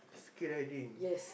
skii riding